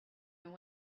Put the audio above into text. and